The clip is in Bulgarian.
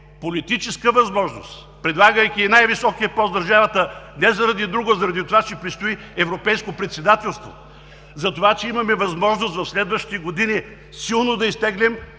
политическа възможност, предлагайки най-високия пост в държавата не заради друго, а заради това, че предстои европейско председателство, затова, че имаме възможност в следващи години силно да изтеглим